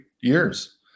years